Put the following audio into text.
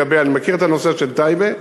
אני מכיר את הנושא של טייבה.